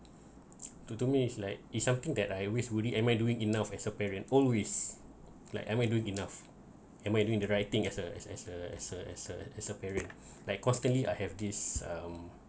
to to me is like it's something that I always worry and we're doing enough as a parent always like am I do enough am I doing the right thing as a as as a as a as a as a parents like constantly I have this um